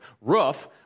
roof